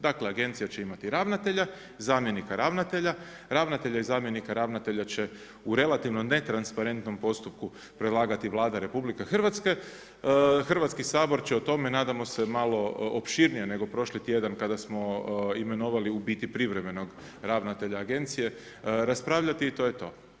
Dakle, agencija će imati ravnatelja, zamjenika ravnatelja, ravnatelja i zamjenika ravnatelja će u relativnom netransparentnom postupku predlagati Vlada Republike Hrvatske, Hrvatski sabor će o tome nadamo se malo opširnije nego prošli tjedan, kada smo imenovali u biti privremenog ravnatelja agencije i to je to.